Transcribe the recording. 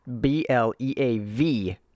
b-l-e-a-v